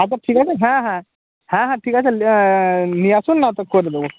আচ্ছা ঠিক আছে হ্যাঁ হ্যাঁ হ্যাঁ হ্যাঁ ঠিক আছে লে নিয়ে আসুন না তো করে দেবো